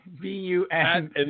B-U-N